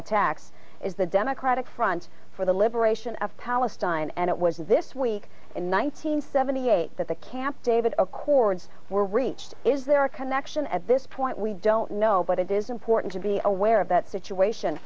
attacks is the democratic front for the liberation of palestine and it was this week in one nine hundred seventy eight that the camp david accords were reached is there a connection at this point we don't know but it is important to be aware of that situation